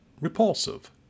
repulsive